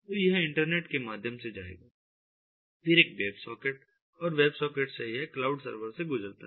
तो यह इंटरनेट के माध्यम से जाएगा फिर एक वेब सॉकेट और वेब सॉकेट से यह क्लाउड सर्वर से गुजरता है